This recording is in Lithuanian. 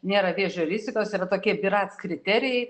nėra vėžio rizikos yra tokie birac kriterijai